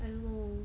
I don't know